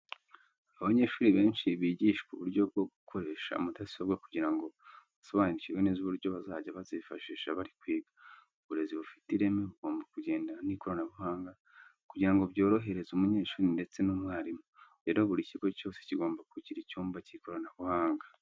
Abanyeshuri benshi bigishwa uburyo bwo gukoresha mudasobwa kugira ngo basobanukirwe neza uburyo bazajya bazifashisha bari kwiga. Uburezi bufite ireme bugomba kugendana n'ikoranabuhanga kugira ngo ryorohereze umunyeshuri ndetse n'umwarimu. Rero buri kigo cyose kigomba kugira icyumba cy'ikoranabuhanga.